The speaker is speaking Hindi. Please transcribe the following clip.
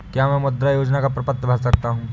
क्या मैं मुद्रा योजना का प्रपत्र भर सकता हूँ?